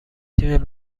تیم